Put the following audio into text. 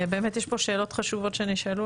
ובאמת יש פה שאלות חשובות שנשאלו